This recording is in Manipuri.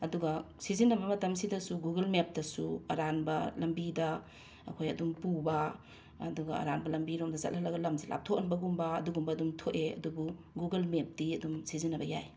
ꯑꯗꯨꯒ ꯁꯤꯖꯤꯟꯅꯕ ꯃꯇꯝꯁꯤꯗꯁꯨ ꯒꯨꯒꯜ ꯃꯦꯞꯇꯁꯨ ꯑꯔꯥꯟꯕ ꯂꯝꯕꯤꯗ ꯑꯩꯈꯣꯏ ꯑꯗꯨꯝ ꯄꯨꯕ ꯑꯗꯨꯒ ꯑꯔꯥꯟꯕ ꯂꯝꯕꯤꯔꯣꯝꯗ ꯆꯠꯍꯜꯂꯒ ꯂꯝꯁꯦ ꯂꯥꯞꯊꯣꯛꯍꯟꯕꯒꯨꯝꯕ ꯑꯗꯨꯒꯨꯝꯕ ꯑꯗꯨꯝ ꯊꯣꯛꯑꯦ ꯑꯗꯨꯕꯨ ꯒꯨꯒꯜ ꯃꯦꯞꯇꯤ ꯑꯗꯨꯝ ꯁꯤꯖꯤꯟꯅꯕ ꯌꯥꯏ